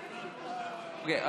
אוקיי.